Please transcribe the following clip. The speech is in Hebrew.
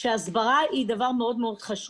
שהסברה היא דבר חשוב מאוד-מאוד.